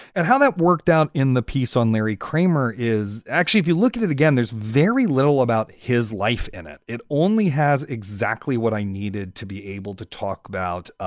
and how that worked out in the piece on larry kramer is actually, if you look at it again, there's very little about his life in it. it only has exactly what i needed to be able to talk about.